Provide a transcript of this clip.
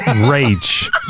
Rage